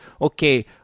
Okay